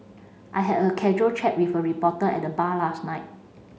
I had a casual chat with a reporter at the bar last night